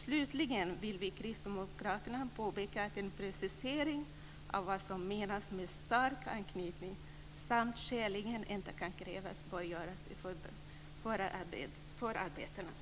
Slutligen vill vi kristdemokrater påpeka att en precisering av vad som menas med uttrycken "stark anknytning" samt "inte skäligen kan krävas" bör göras före arbetet.